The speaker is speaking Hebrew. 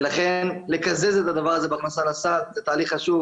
ולכן לקזז את הדבר הזה בהכנסה לסל - זה תהליך חשוב.